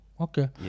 okay